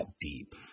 deep